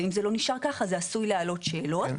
ואם זה לא נשאר ככה זה עשוי להעלות שאלות.